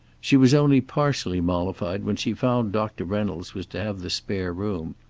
she was only partially mollified when she found doctor reynolds was to have the spare room.